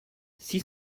six